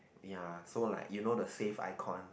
ya so like you know the save icon